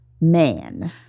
man